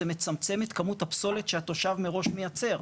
זה מצמצם את כמות הפסולת שהתושב מראש מייצר.